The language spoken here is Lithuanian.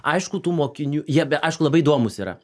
aišku tų mokinių jie be aišku labai įdomūs yra